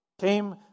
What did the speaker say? came